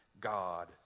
God